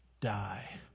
die